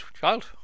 child